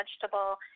vegetable